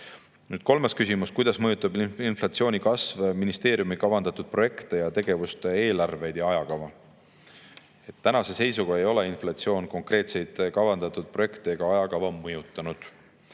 saanud. Kolmas küsimus: "Kuidas mõjutab inflatsiooni kasv ministeeriumi kavandatud projektide ja tegevuste eelarveid ja ajakava?" Tänase seisuga ei ole inflatsioon konkreetseid kavandatud projekte ega ajakavasid mõjutanud.